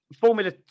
formula